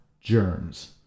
germs